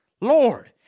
Lord